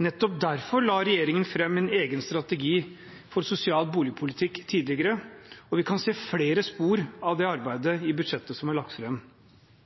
Nettopp derfor la regjeringen fram en egen strategi for sosial boligpolitikk tidligere, og vi kan se flere spor av det arbeidet i budsjettet som er lagt